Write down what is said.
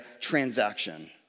transaction